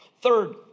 Third